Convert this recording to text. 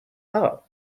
out